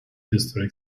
historic